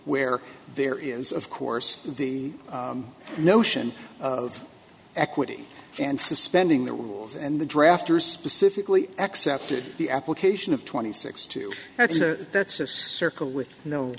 where there is of course the notion of equity and suspending the rules and the drafters specifically accepted the application of twenty six two that's a circle with no